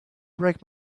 break